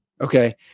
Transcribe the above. Okay